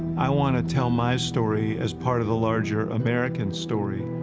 i want to tell my story as part of the larger american story.